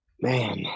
Man